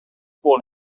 born